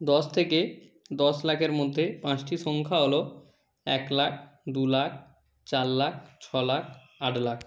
দশ থেকে দশ লাখের মধ্যে পাঁচটি সংখ্যা হল এক লাখ দু লাখ চার লাখ ছ লাখ আট লাখ